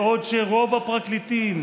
בעוד שרוב הפרקליטים,